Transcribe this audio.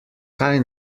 kaj